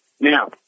Now